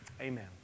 Amen